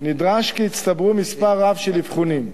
נדרש כי יצטבר מספר רב של אבחונים,